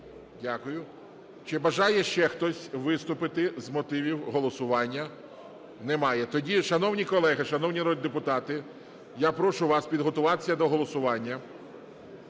Дякую. Чи бажає ще хтось виступити з мотивів голосування? Немає. Тоді, шановні колеги, шановні народні депутати, я прошу вас підготуватися до голосування.